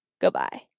Goodbye